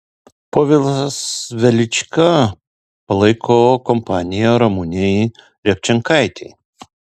povilas velička palaiko kompaniją ramunei repčenkaitei